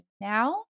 now